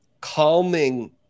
calming